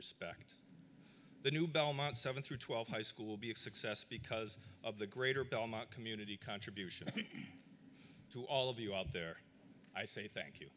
respect the new belmont seven through twelve high school be excessed because of the greater belmont community contribution to all of you out there i say thank you